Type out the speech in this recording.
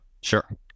Sure